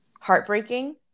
heartbreaking